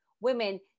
women